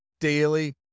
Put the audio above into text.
daily